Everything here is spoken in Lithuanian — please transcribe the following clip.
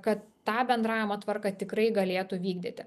kad tą bendravimo tvarką tikrai galėtų vykdyti